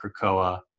Krakoa